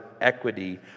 equity